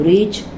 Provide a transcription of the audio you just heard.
Reach